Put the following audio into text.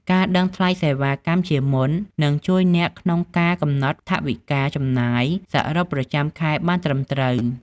ការដឹងថ្លៃសេវាកម្មជាមុន នឹងជួយអ្នកក្នុងការកំណត់ថវិកាចំណាយសរុបប្រចាំខែបានត្រឹមត្រូវ។